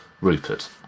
Rupert